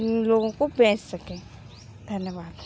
लोगों को बेच सकें धन्यवाद